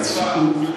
אני אומר את המציאות,